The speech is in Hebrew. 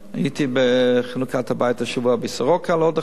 אני הייתי בחנוכת-הבית השבוע ב"סורוקה" של עוד אחד,